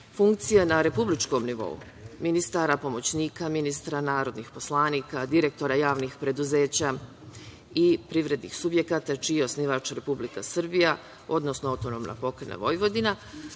funkcije na republičkom nivou, ministara, pomoćnika ministara, narodnih poslanika, direktora javnih preduzeća i privrednih subjekata čiji je osnivač Republika Srbija, odnosno AP Vojvodina,